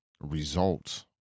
results